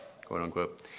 quote-unquote